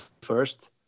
first